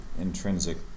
intrinsic